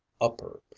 upper